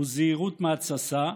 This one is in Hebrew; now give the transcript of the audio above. וזהירות מהתססה,